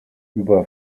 über